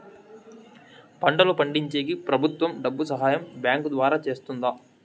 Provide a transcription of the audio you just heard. పంటలు పండించేకి ప్రభుత్వం డబ్బు సహాయం బ్యాంకు ద్వారా చేస్తుందా?